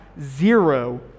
zero